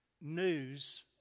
News